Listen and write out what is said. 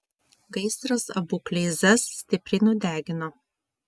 gaisras abu kleizas stipriai nudegino